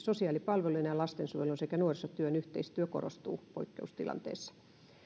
sosiaalipalvelujen ja ja lastensuojelun sekä nuorisotyön yhteistyö korostuu poikkeustilanteissa